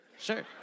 Sure